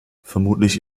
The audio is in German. vermutlich